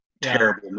terrible